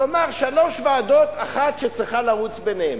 כלומר, שלוש ועדות, אחת שצריכה לרוץ ביניהן.